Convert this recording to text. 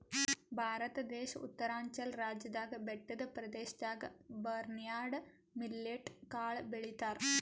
ಭಾರತ ದೇಶ್ ಉತ್ತರಾಂಚಲ್ ರಾಜ್ಯದಾಗ್ ಬೆಟ್ಟದ್ ಪ್ರದೇಶದಾಗ್ ಬರ್ನ್ಯಾರ್ಡ್ ಮಿಲ್ಲೆಟ್ ಕಾಳ್ ಬೆಳಿತಾರ್